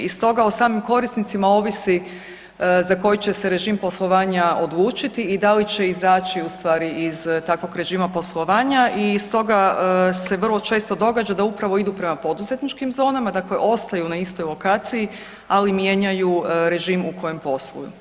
I stoga o korisnicima ovisi za koji će se režim poslovanja odlučiti i da li će izaći ustvari iz takvog režima poslovanja i stoga se vrlo često događa da upravo idu prema poduzetničkim zonama, dakle ostaju na istoj lokaciji ali mijenjaju režim u kojem posluju.